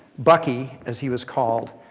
bucky, as he was called,